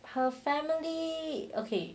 her family okay